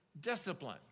discipline